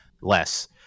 less